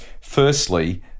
Firstly